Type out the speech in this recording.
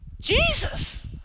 Jesus